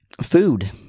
food